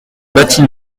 bâtie